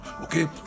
okay